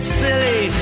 silly